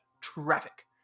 traffic